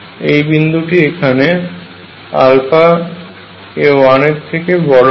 এই বিন্দুটি এখানে 1 এর থেকে বড় হয়